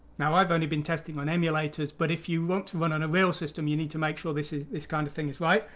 now i've only been testing on emulators, but if you want to run on a real system you need to make sure this is this kind of thing that's right.